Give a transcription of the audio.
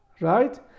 right